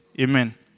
Amen